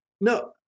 no